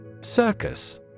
Circus